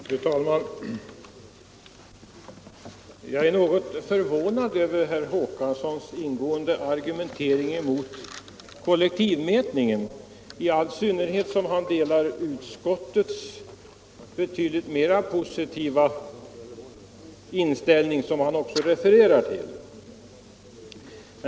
Fru talman! Jag är något förvånad över herr Håkanssons i Trelleborg ingående argumentering emot kollektivmätning, i all synnerhet som han delar utskottets betydligt mer positiva inställning, vilken han också refererar till.